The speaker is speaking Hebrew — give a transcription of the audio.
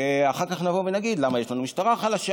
ואחר כך נבוא ונגיד: למה יש לנו משטרה חלשה,